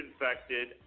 infected